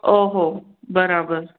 ओ हो बराबरि